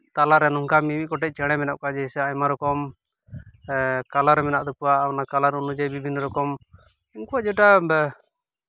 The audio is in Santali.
ᱛᱟᱞᱟᱨᱮ ᱱᱚᱝᱠᱟ ᱢᱤᱢᱤᱫ ᱜᱚᱴᱮᱡ ᱪᱮᱬᱮ ᱢᱮᱱᱟᱜ ᱠᱚᱣᱟ ᱡᱮᱭᱥᱮ ᱟᱭᱢᱟ ᱨᱚᱠᱚᱢ ᱠᱟᱞᱟᱨ ᱢᱮᱱᱟᱜ ᱛᱟᱠᱚᱣᱟ ᱚᱱᱟ ᱠᱟᱞᱟᱨ ᱚᱱᱩᱡᱟᱭᱤ ᱵᱤᱵᱷᱤᱱᱱᱚ ᱨᱚᱠᱚᱢ ᱩᱱᱩᱣᱟᱜ ᱡᱮᱴᱟ